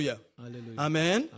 Amen